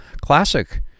classic